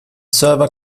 server